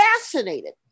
fascinated